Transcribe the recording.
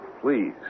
Please